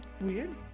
weird